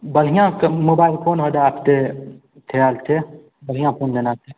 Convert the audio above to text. बलिया का mobile phone हो जाप्ते बढ़िया फ़ोन लेना था